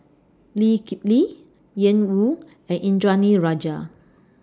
Lee Kip Lee Ian Woo and Indranee Rajah